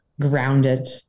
grounded